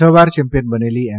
છ વાર ચેમ્પીયન બનેલી એમ